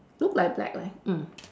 look like black leh mm